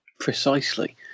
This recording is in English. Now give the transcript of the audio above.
Precisely